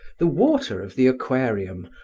the water of the aquarium,